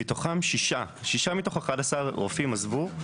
מתוכם שישה, שישה מתוך 11 רופאים עזבו.